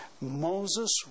Moses